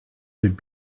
should